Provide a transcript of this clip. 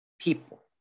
people